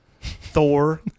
Thor